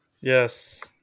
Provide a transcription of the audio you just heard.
Yes